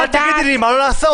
ואל תגידי לי מה לעשות,